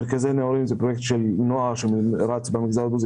מרכזי נעורים זה פרויקט של נוער שרץ במגזר הדרוזי